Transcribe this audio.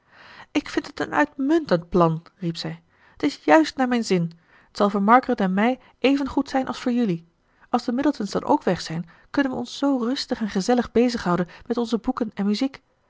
ik vind het een uitmuntend plan riep zij het is juist naar mijn zin t zal voor margaret en mij even goed zijn als voor jelui als de middletons dan ook weg zijn kunnen we ons zoo rustig en gezellig bezighouden met onze boeken en muziek